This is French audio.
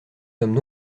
sommes